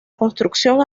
construcción